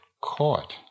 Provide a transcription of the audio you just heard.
caught